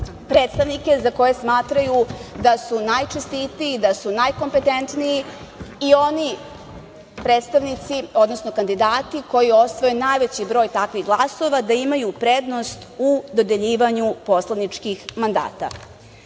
predstavnike za koje smatraju da su najčestitiji, da su najkompetentniji i oni predstavnici, odnosno kandidati koji osvoje najveći broj takvih glasova, da imaju prednost u dodeljivanju poslaničkih mandata. Ovo